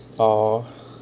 oh